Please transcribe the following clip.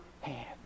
hand